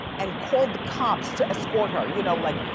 and called the cops to escort her. you know, like,